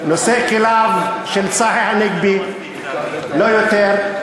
נושא כליו, של צחי הנגבי, לא יותר.